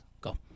Go